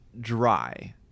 dry